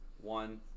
one